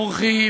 עורכים,